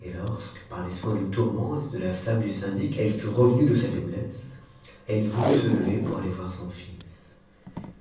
et lorsque par les soins de tourmente c de la femme du syndic elle fut revenue de sa faiblesse elle voulut s lever pour aller voir son fils